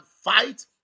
fight